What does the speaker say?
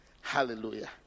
Hallelujah